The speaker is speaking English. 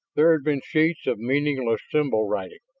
there had been sheets of meaningless symbol writing,